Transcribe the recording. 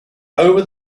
over